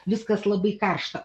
viskas labai karšta